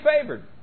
favored